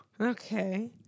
Okay